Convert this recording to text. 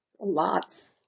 Lots